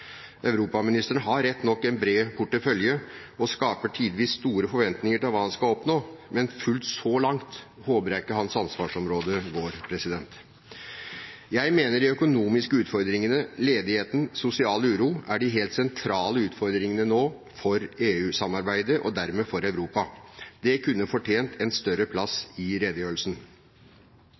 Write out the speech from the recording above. Europaministeren har rett nok en bred portefølje og skaper tidvis store forventninger til hva han skal oppnå, men fullt så langt håper jeg ikke hans ansvarsområde går. Jeg mener de økonomiske utfordringene, ledigheten og sosial uro er de helt sentrale utfordringene nå for EU-samarbeidet og dermed for Europa. Det kunne fortjent en større